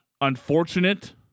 unfortunate